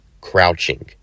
crouching